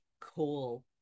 cool